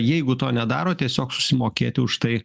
jeigu to nedaro tiesiog susimokėti už tai